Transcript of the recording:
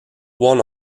one